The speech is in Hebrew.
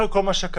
אחרי כל מה שקרה,